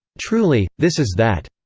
truly, this is that,